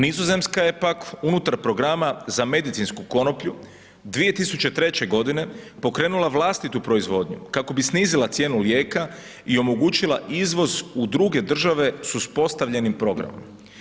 Nizozemska je, pak, unutar programa za medicinsku konoplju 2003.g. pokrenula vlastitu proizvodnju kako bi snizila cijenu lijeka i omogućila izvoz u druge države s uspostavljenim programom.